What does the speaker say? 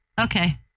okay